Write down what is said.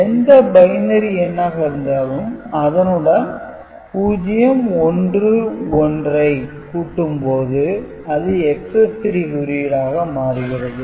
எந்த பைனரி எண்ணாக இருந்தாலும் அதனுடன் 0 0 1 1 ஐ கூட்டும் போது அது Excess - 3 குறியீடாக மாறுகிறது